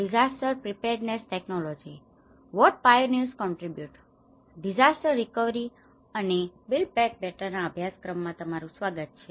disaster recovery અને build back better ના અભ્યાસક્રમ માં તમારું સ્વાગત છે